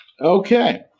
okay